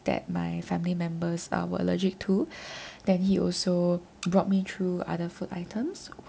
that my family members uh were allergic to then he also brought me through other food items